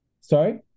Sorry